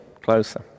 closer